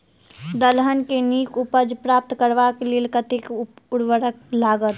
दलहन केँ नीक उपज प्राप्त करबाक लेल कतेक उर्वरक लागत?